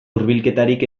hurbilketarik